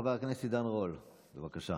חבר הכנסת עידן רול, בבקשה.